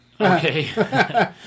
Okay